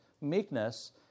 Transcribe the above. meekness